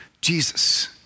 Jesus